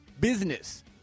Business